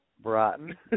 Broughton